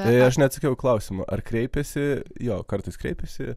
tai aš neatsakiau į klausimą ar kreipėsi jo kartais kreipėsi